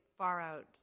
far-out